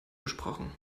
gesprochen